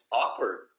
awkward